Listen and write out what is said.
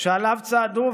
שעליו צעדו,